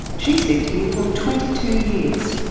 she's lived here for twenty two years.